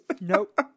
Nope